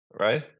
right